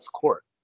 court